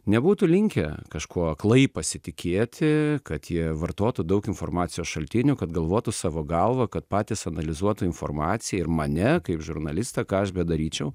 nebūtų linkę kažkuo aklai pasitikėti kad jie vartotų daug informacijos šaltinių kad galvotų savo galva kad patys analizuotų informacija ir mane kaip žurnalistą ką aš bedaryčiau